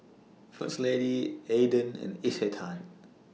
First Lady Aden and Isetan